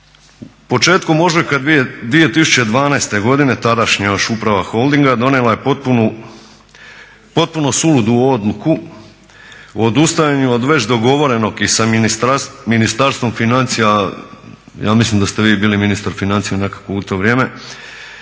početkom ožujka 2012. godine, tadašnja još uprava holdinga, donijela je potpuno suludu odluku o odustajanju od već dogovorenog i sa Ministarstvom financija, ja mislim da ste vi bili ministar financija nekako u to vrijeme,